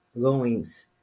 goings